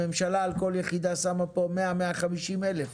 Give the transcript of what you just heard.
הממשלה על כל יחידה שמה פה 100,000 150,000 שקל,